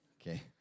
okay